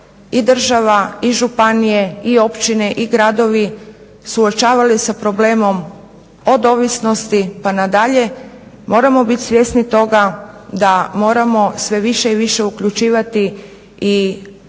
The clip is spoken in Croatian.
i država i županije i općine i gradovi suočavali sa problemom od ovisnosti pa nadalje moramo biti svjesni toga da moramo sve više i više uključivati i